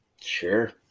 sure